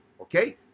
Okay